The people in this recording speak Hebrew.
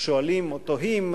שואלים או תוהים.